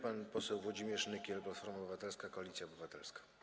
Pan poseł Włodzimierz Nykiel, Platforma Obywatelska - Koalicja Obywatelska.